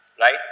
right